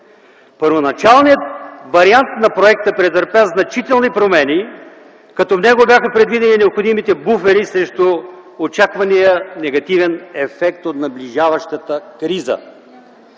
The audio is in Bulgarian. Първоначалният вариант на проекта претърпя значителни промени, като в него бяха предвидени необходимите буфери срещу очаквания негативен ефект от наближаващата криза.